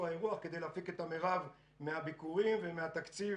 האירוח כדי להפיק את המרב מהביקורים ומהתקציב